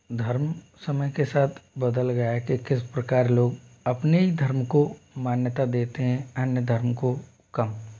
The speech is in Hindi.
धर्म समय के साथ बदल गया हैं के किस प्रकार लोग अपने ही धर्म को मान्यता देते हैं अन्य धर्म को कम